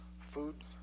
food